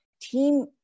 team